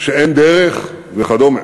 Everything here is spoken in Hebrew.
שאין דרך, וכדומה.